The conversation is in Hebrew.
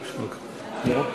נו?